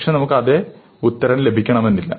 പക്ഷേ നമുക്ക് അതേ ഉത്തരം ലഭിക്കണമെന്നില്ല